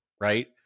right